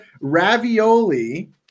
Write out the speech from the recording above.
ravioli